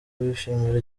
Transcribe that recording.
bishimira